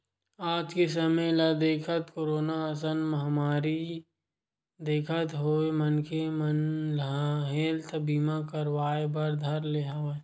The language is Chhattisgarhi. आज के समे ल देखत, कोरोना असन महामारी देखत होय मनखे मन ह हेल्थ बीमा करवाय बर धर ले हवय